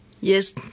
Yes